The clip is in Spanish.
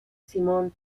simon